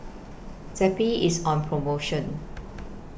Zappy IS on promotion